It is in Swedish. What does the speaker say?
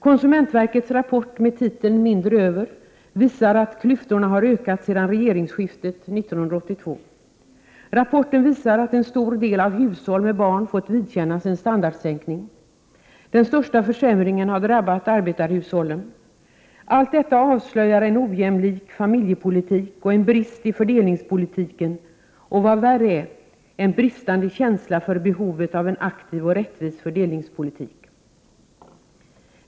Konsumentverkets rapport med titeln Mindre över visar att klyftorna har ökat sedan regeringsskiftet 1982. Rapporten visar att en stor del av hushållen med barn har fått vidkännas en standardsänkning. Den största försämringen har drabbat arbetarhushållen. Allt detta avslöjar en ojämlik familjepolitik, en brist i fördelningspolitiken och, vad värre är, en bristande känsla för behovet av en aktiv och rättvis fördelningspolitik.